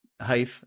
height